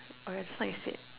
oh just now you said